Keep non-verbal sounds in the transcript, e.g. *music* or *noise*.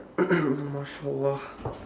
*noise*